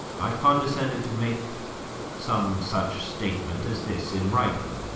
i condescended to make some such statement as this in writing